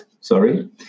sorry